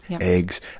Eggs